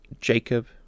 Jacob